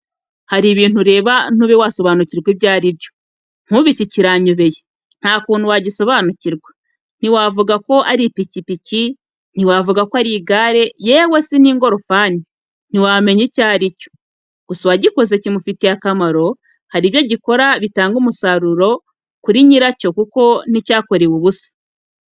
Hari ibintu ureba ntube wasobanukirwa ibyo ari byo, nk'ubu iki kiranyobeye nta kuntu wagisobanukirwa, ntiwavuga ko ari ipikipiki, ntiwavuga ko ari igare yewe si n'ingorofani, ntiwamenya icyo ari cyo, gusa uwagikoze kimufitiye akamaro hari ibyo gikora bitanga umusaruro kuri nyiracyo kuko nticyakorewe ubusa.